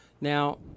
Now